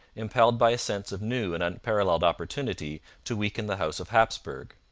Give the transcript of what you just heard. impelled by a sense of new and unparalleled opportunity to weaken the house of hapsburg.